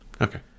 Okay